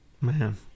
Man